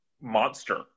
monster